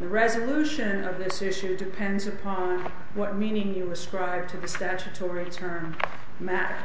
the resolution of this issue depends upon what meaning you ascribe to the statutory terms matter